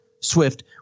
Swift